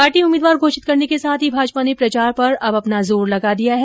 party उम्मीदवार घोषित करने के साथ ही भाजपा ने प्रचार पर अब अपना जोर लगा दिया है